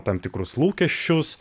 tam tikrus lūkesčius